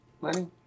Lenny